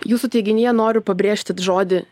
jūsų teiginyje noriu pabrėžti žodį